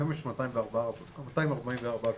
היום יש 244 קשים.